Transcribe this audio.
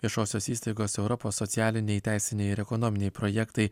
viešosios įstaigos europos socialiniai teisiniai ir ekonominiai projektai